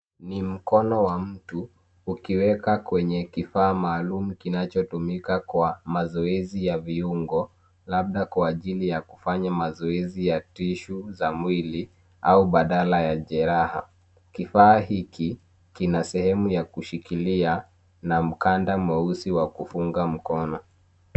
Ni mkono wa mtu ukiweka kwenye kifaa maalum kinachotumika kwa mazoezi ya viungo, labda kwa ajili ya kufanya mazoezi ya tishu za mwili au badala ya jeraha. Kifaa hiki kina sehemu ya kushikilia na mkanda mweusi wa kufunga mkono.